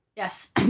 Yes